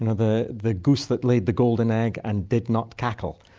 and the the goose that laid the golden egg and did not cackle.